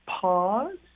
pause